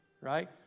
right